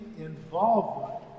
involvement